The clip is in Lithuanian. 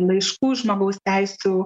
laiškų žmogaus teisių